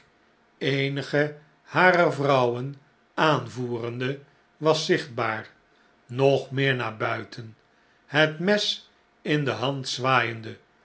eenige barer vrouwen aanvoerende was zichtbaar nog meer naar buiten het mes in de hand zwaaiende